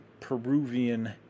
Peruvian